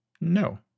No